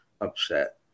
upset